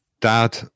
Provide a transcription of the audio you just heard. dad